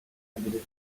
ability